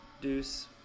Deuce